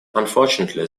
unfortunately